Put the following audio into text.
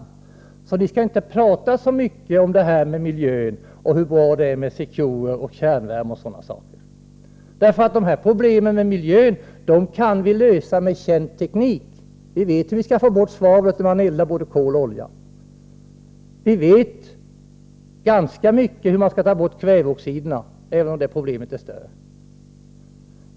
Ni moderater skall alltså inte prata så mycket om miljö och hur bra det är med Secure, kärnvärme och sådant. Problemen med miljön kan vi lösa med känd teknik. Vi vet hur vi skall få bort svavlet när vi eldar med kol och olja. Och vi vet ganska mycket om hur vi kan ta bort kväveoxiderna, även om det problemet är större.